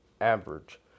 average